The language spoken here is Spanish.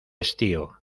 estío